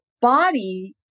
body